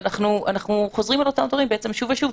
ואנחנו חוזרים על אותם דברים שוב ושוב,